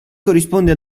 corrisponde